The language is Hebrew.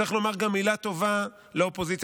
צריך לומר גם מילה טובה לאופוזיציה.